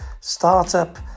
Startup